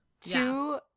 two